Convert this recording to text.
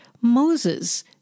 Moses